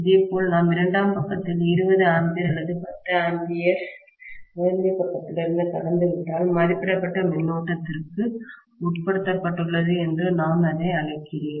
இதேபோல் நாம் இரண்டாம் பக்கத்தில் 20 A அல்லது 10 A ஐ முதன்மை பக்கத்திலிருந்து கடந்துவிட்டால் மதிப்பிடப்பட்ட மின்னோட்டத்திற்கு கரண்டடிற்கு உட்படுத்தப்பட்டுள்ளது என்று நான் அதை அழைக்கிறேன்